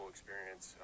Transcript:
experience